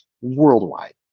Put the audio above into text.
worldwide